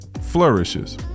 flourishes